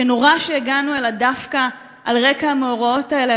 שנורא שהגענו אליה דווקא על רקע המאורעות האלה,